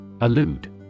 Allude